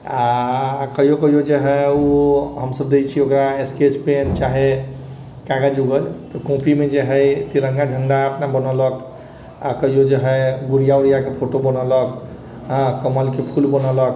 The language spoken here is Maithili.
आओर कहिओ कहिओ जे हइ ओ हमसब जे दै छिए ओकरा स्केच पेन चाहे कागज उगज तऽ कॉपीमे जे हइ तिरङ्गा झण्डा अपने बनौलक आओर कहिओ जे हइ गुड़िआ उड़िआके फोटो बनौलक आओर कमलके फूल बनौलक